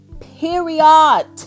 Period